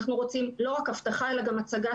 אנחנו רוצים לא רק הבטחה אלא גם הצגה